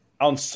On